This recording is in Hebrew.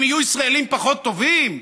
הם יהיו ישראלים פחות טובים?